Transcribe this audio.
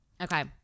Okay